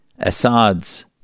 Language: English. Assads